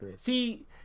see